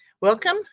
Welcome